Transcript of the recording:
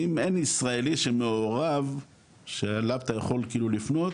אם אין ישראלי שמעורב שעליו אתה יכול כאילו לפנות,